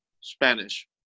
Spanish